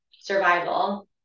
survival